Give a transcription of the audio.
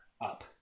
up